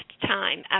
time